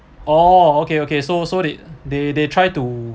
oh okay okay so so they they they try to